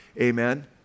Amen